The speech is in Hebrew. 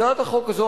הצעת החוק הזאת,